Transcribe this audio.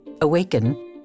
Awaken